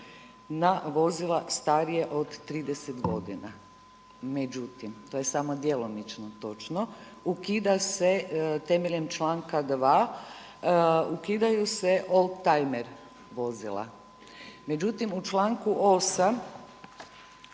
na vozila starije od 30 godina. Međutim, to je samo djelomično točno. Ukida se temeljem članka 2., ukidaju se oldtajmer vozila. Međutim, u članku 8.